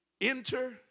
Enter